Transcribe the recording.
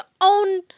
own